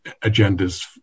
agendas